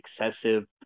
excessive